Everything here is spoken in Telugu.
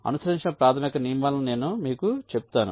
అనుసరించిన ప్రాథమిక నియమాలను నేను మీకు చెప్తాను